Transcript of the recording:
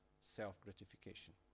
self-gratification